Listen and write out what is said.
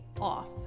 off